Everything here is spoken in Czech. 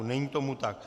Není tomu tak.